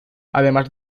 además